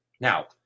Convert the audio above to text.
Now